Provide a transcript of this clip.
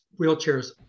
wheelchairs